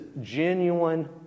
genuine